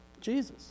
Jesus